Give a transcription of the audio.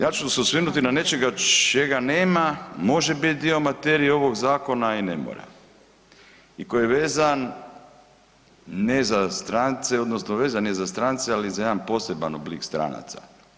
Ja ću se osvrnuti na nečega čega nema, može biti dio materije ovog zakona i ne mora i koji je vezan ne za strance odnosno vezan je za strance ali za jedan poseban oblik stranaca.